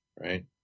right